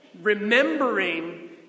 Remembering